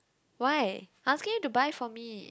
why I'm asking you to buy for me